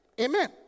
Amen